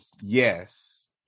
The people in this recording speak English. Yes